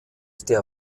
der